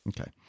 Okay